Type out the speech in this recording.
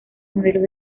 modelos